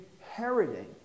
inheriting